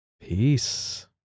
Peace